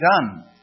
done